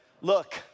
look